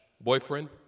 boyfriend